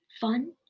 fun